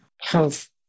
health